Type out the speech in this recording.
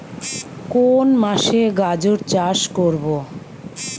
কোন মাসে গাজর চাষ করব?